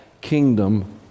kingdom